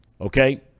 Okay